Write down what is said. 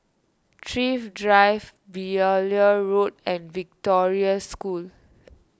Thrift Drive Beaulieu Road and Victoria School